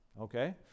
okay